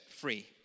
free